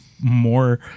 more